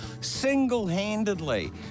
Single-handedly